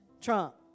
trump